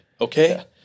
Okay